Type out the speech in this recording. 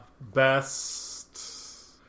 Best